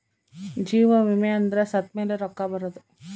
ಜೀವ ವಿಮೆ ಅಂದ್ರ ಸತ್ತ್ಮೆಲೆ ರೊಕ್ಕ ಬರೋದು